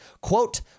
quote